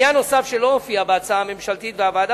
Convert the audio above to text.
עניין נוסף שלא הופיע בהצעה הממשלתית והוועדה